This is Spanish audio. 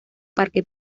parque